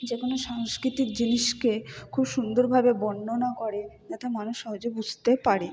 যে কোনো সাংস্কৃতিক জিনিসকে খুব সুন্দরভাবে বর্ণনা করে যাতে মানুষ সহজে বুঝতে পারে